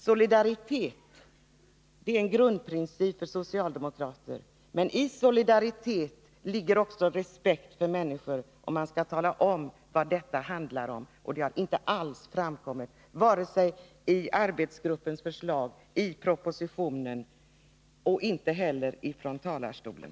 Solidaritet är en grundprincip för socialdemokraterna, men i solidaritet ligger också respekt för människor. Man bör tala om vad det här handlar om — det har inte alls framkommit vare sig i arbetsgruppens förslag, i propositionen eller från talarstolen.